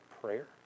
prayer